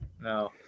no